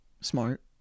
Smart